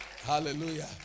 Hallelujah